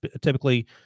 typically